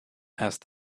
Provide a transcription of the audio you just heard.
asked